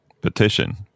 Petition